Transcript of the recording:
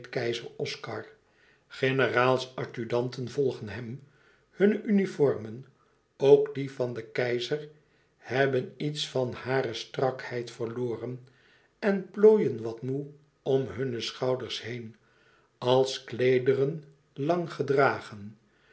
keizer oscar generaals adjudanten volgen hem hunne uniformen ook die van den keizer hebben iets van hunne strakheid verloren en plooien wat moê om hunne schouders heen als kleederen lang gedragen